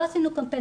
לא עשינו קמפיין.